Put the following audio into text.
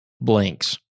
blinks